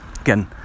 again